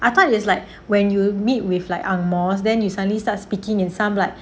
I thought is like when you meet with like ang moh then you suddenly start speaking in some like